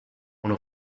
one